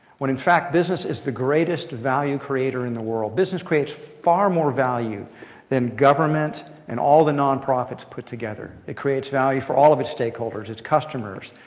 when in fact, business is the greatest value creator in the world? business creates far more value than government and all the nonprofits put together. it creates value for all of its stakeholders, its customers,